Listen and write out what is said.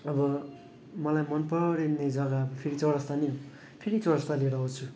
अब मलाई मनपर्ने जग्गा फेरि चौरस्ता नै हो फेरि चौरस्ता लिएर आउँछु